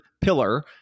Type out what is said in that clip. pillar